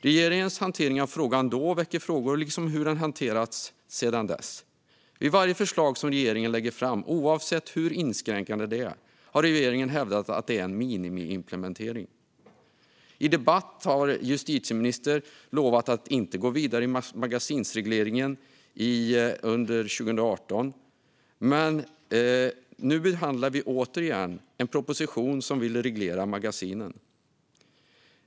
Regeringens hantering av frågan då väcker frågor liksom hur den har hanterats sedan dess. Vid varje förslag som regeringen lägger fram, oavsett hur inskränkande det är, har man hävdat att det är en minimiimplementering. I en debatt 2018 lovade justitieministern att inte gå vidare med magasinsregleringen. Men nu behandlar vi återigen en proposition som ska reglera magasinen.